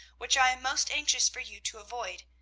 which i am most anxious for you to avoid.